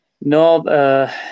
No